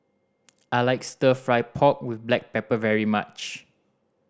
I like Stir Fry pork with black pepper very much